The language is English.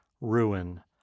ruin